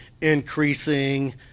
increasing